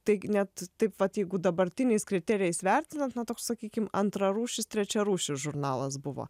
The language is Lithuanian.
tai net taip vat jeigu dabartiniais kriterijais vertinant na toks sakykim antrarūšis trečiarūšis žurnalas buvo